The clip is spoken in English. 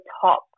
top